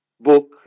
book